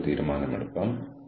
തീരുമാനമെടുക്കൽ ഉണ്ട്